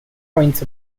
points